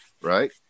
Right